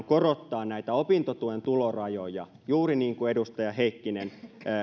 korottaa näitä opintotuen tulorajoja juuri niin kuin edustaja heikkinen